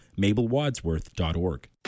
MabelWadsworth.org